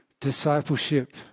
discipleship